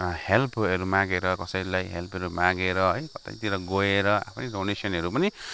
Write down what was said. हेल्पहरू मागेर कसैलाई हेल्पहरू मागेर कतैतिर गएर आफै डोनेसनहेरू पनि